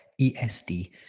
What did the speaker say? ESD